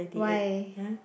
why